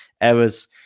errors